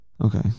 Okay